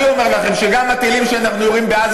אני אומר לכם שגם הטילים שאנחנו יורים בעזה